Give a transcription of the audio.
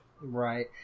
Right